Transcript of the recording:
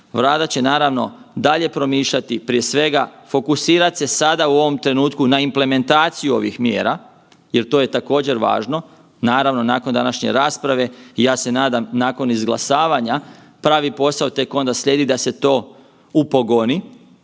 Vlada će naravno dalje promišljati, prije svega fokusirat se sada u ovom trenutku na implementaciju ovih mjera jer to je također važno. Naravno nakon današnje rasprave ja se nadam i nakon izglasavanja pravi posao tek onda slijedi da se to upogoni.